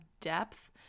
depth